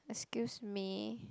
excuse me